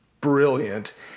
brilliant